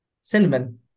cinnamon